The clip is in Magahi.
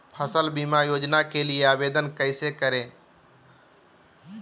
फसल बीमा योजना के लिए आवेदन कैसे करें?